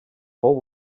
fou